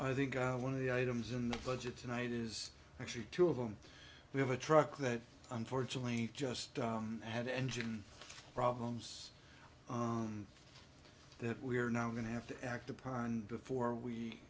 i think i one of the items in the budget tonight is actually two of them we have a truck that unfortunately just had engine problems on that we are now going to have to act upon before we